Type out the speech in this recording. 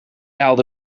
haalde